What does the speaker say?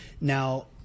now